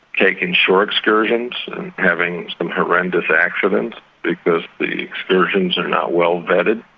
taking shore excursions and having some horrendous accidents because the excursions are not well vetted.